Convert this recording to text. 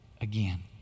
again